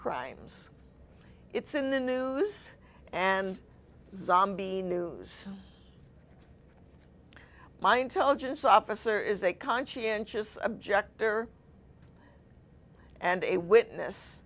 crimes it's in the news and zombie news my intelligence officer is a conscientious objector and a witness